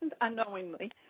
Unknowingly